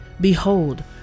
Behold